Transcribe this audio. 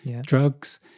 drugs